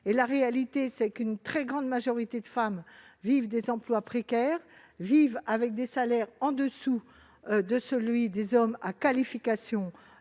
et salariale homme-femme. Une très grande majorité de femmes ont des emplois précaires et vivent avec des salaires au-dessous de celui des hommes à qualification